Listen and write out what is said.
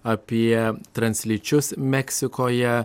apie translyčius meksikoje